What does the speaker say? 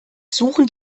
suchen